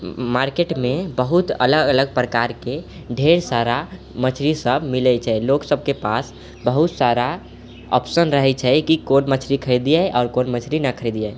मार्केटमे बहुत अलग अलग प्रकारके ढ़ेर सारा मछरी सब मिलै छै लोक सबके पास बहुत सारा ऑप्शन रहै छै कि कोन मछरी खरीदियै आओर कोन मछरी ना खरीदियै